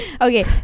okay